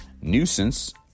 nuisance